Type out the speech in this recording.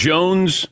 Jones